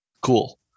Cool